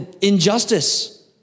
injustice